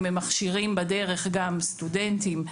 אם הם מכשירים בדרך גם סטודנטים,